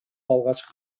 алгачкы